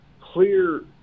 clear